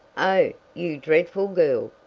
oh, you dreadful girl!